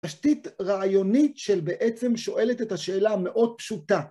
תשתית רעיונית של בעצם שואלת את השאלה המאוד פשוטה.